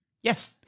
Yes